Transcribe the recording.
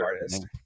artist